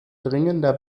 dringender